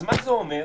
אז מה זה אומר?